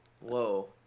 whoa